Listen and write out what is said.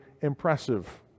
impressive